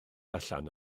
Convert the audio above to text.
allan